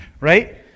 right